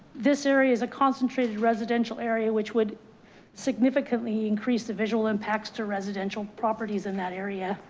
this area is a concentrated residential area, which would significantly increase the visual impacts to residential properties in that area.